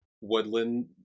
woodland